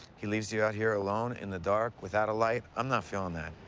he leaves you out here alone, in the dark, without a light. i'm not feeling that.